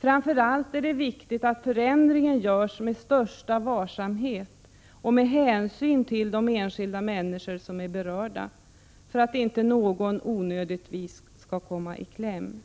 Framför allt är det viktigt att förändringen görs med största varsamhet och med hänsyn till de enskilda människor som är berörda för att inte någon onödigtvis skall komma i kläm.